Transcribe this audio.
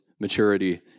maturity